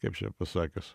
kaip čia pasakius